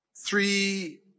three